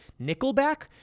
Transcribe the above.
Nickelback